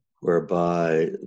whereby